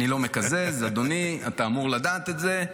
אדוני, אני לא מקזז, אתה אמור לדעת את זה.